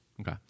Okay